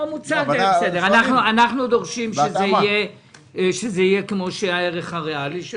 אנחנו דורשים שזה יהיה על פי הערך הריאלי,